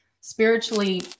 Spiritually